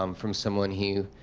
um from someone who,